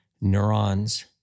neurons